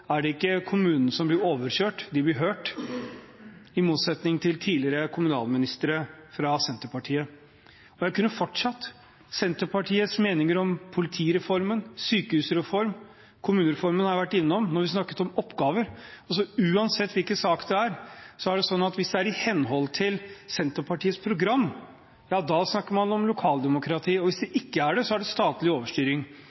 er det ikke slik at kommunene blir overkjørt. De blir hørt, i motsetning til under tidligere kommunalministre, fra Senterpartiet. Jeg kunne fortsatt. Når det gjelder Senterpartiets meninger om politireformen, om sykehusreform – kommunereformen var jeg innom da vi snakket om oppgaver – uansett hvilken sak det er, er det slik at hvis det er i henhold til Senterpartiets program, ja da snakker man om lokaldemokrati. Hvis det ikke er det, er det statlig overstyring.